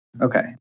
Okay